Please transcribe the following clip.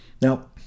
Now